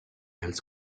else